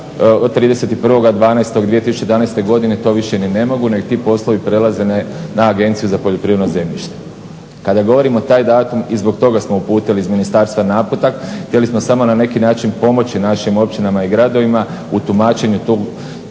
od 31.12.2011. godine to više ni ne mogu nego ti poslovi prelaze na Agenciju za poljoprivredno zemljište. Kada govorimo taj datum i zbog toga smo uputili iz ministarstva naputak, htjeli smo samo na neki način pomoći našim općinama i gradovima u tumačenju tog